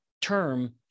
term